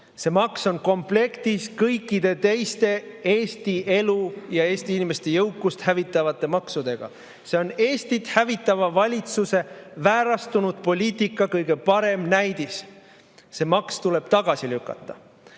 See maks on komplektis kõikide teiste Eesti elu ja Eesti inimeste jõukust hävitavate maksudega. See on Eestit hävitava valitsuse väärastunud poliitika kõige parem näidis. See maks tuleb tagasi lükata.